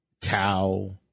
Tao